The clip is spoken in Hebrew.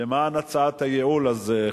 למען הצעת הייעול הזאת,